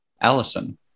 Allison